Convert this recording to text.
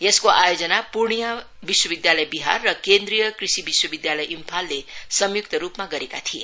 यसको आयोजना पुर्णिमा विश्वविद्यालय बिहार र केन्द्रीय कृषि विश्वविद्यालय इम्फालले संयुक्त रूपमा गरेका थिए